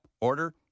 order